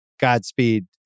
Godspeed